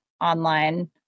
online